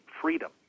freedom